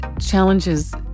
challenges